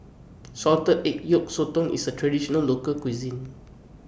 Salted Egg Yolk Sotong IS A Traditional Local Cuisine